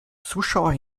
zuschauer